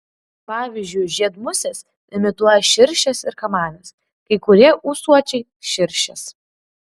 pavyzdžiui žiedmusės imituoja širšes ir kamanes kai kurie ūsuočiai širšes